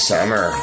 Summer